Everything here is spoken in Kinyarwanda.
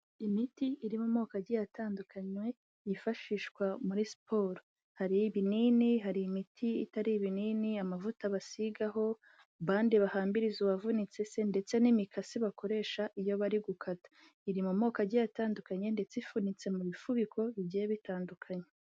Imiti iri mu moko agiye atandukanye yifashishwa muri siporo. Hari ibinini, hari imiti itari ibinini, amavuta basigaho, bandi bahambiriza uwavunitse se ndetse n'imikasi bakoresha iyo bari gukata. Iri mu moko agiye atandukanye ndetse ifubitse mu bifuniko bigiye bitandukanye.